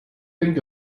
think